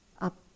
up